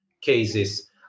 cases